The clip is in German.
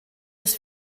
des